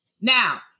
Now